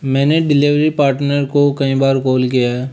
मैंने delivery partner को कई बार कॉल किया